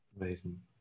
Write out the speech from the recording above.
Amazing